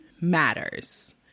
matters